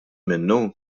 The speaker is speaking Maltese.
minnu